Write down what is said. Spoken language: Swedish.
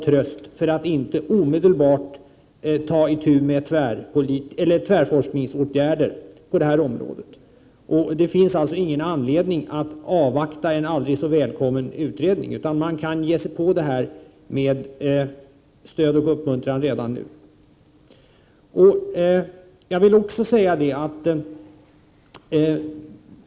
Det är ingen ursäkt för att inte omedelbart ta itu med tvärvetenskaplig forskning på detta område. Det finns alltså ingen anledning att avvakta en aldrig så välkommen utredning, utan man kan ge sig på detta med stöd och uppmuntran redan nu.